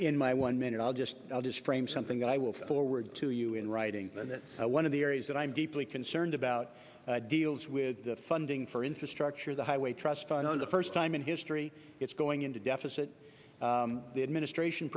in my one minute i'll just i'll just frame something that i will forward to you in writing and that's one of the areas that i'm deeply concerned about deals with the funding for infrastructure the highway trust fund on the first time in history it's going into deficit the administration